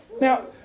Now